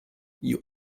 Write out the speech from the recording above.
you